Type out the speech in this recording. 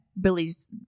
Billy's